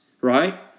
right